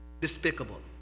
despicable